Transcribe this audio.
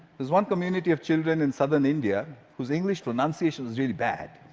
there's one community of children in southern india whose english pronunciation is really bad,